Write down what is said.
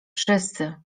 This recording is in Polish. wszyscy